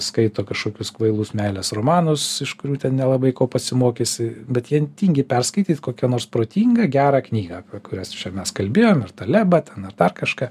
skaito kažkokius kvailus meilės romanus iš kurių ten nelabai ko pasimokysi bet jie tingi perskaityt kokią nors protingą gerą knygą kurias čia mes kalbėjom ir talebą ten ar dar kažką